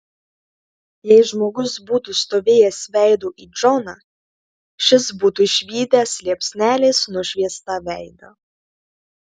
jei žmogus būtų stovėjęs veidu į džoną šis būtų išvydęs liepsnelės nušviestą veidą